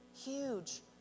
Huge